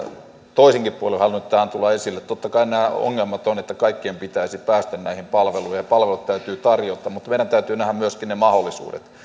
toisenkin puolen halunnut tähän tuoda esille totta kai on nämä ongelmat että kaikkien pitäisi päästä näihin palveluihin ja palvelut täytyy tarjota mutta meidän täytyy nähdä myöskin ne mahdollisuudet